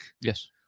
Yes